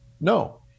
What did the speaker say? No